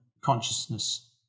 consciousness